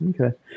okay